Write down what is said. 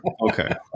okay